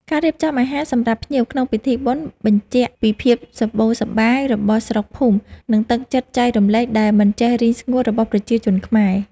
ការរៀបចំអាហារសម្រាប់ភ្ញៀវក្នុងពិធីបុណ្យបញ្ជាក់ពីភាពសម្បូរសប្បាយរបស់ស្រុកភូមិ និងទឹកចិត្តចែករំលែកដែលមិនចេះរីងស្ងួតរបស់ប្រជាជនខ្មែរ។